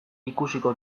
ikusiko